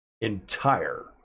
entire